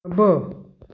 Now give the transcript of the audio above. అబ్బో